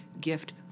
gift